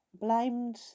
blamed